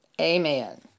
Amen